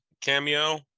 cameo